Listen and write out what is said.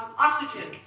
oxygen.